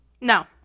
no